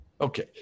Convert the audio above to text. Okay